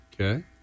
okay